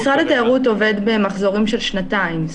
משרד התיירות עובד במחזורים של שנתיים.